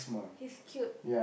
he's cute